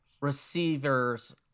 receivers